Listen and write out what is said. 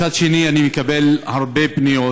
מצד שני, אני מקבל הרבה פניות